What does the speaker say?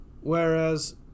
Whereas